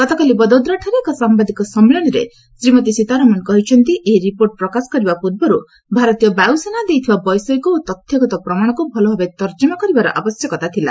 ଗତକାଲି ବଦୋଦରାଠାରେ ଏକ ସାମ୍ବାଦିକ ସମ୍ମିଳନୀରେ ଶ୍ରୀମତୀ ସୀତାରମଣ କହିଛନ୍ତି ଏହି ରିପୋର୍ଟ ପ୍ରକାଶ କରିବା ପୂର୍ବରୁ ଭାରତୀୟ ବାୟୁସେନା ଦେଇଥିବା ବୈଷୟିକ ଓ ତଥ୍ୟଗତ ପ୍ରମାଣକୁ ଭଲଭାବେ ତର୍ଜମା କରିବାର ଆବଶ୍ୟକତା ଥିଲା